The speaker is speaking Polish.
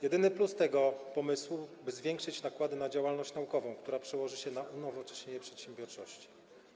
Jedyny plus tego pomysłu to zwiększenie nakładów na działalność naukową, która przełoży się na unowocześnienie przedsiębiorczości.